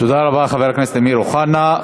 תודה רבה, חבר הכנסת אמיר אוחנה.